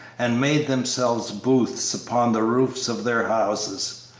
and made themselves booths upon the roofs of their houses,